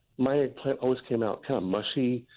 my eggplant always came out kind of mushy,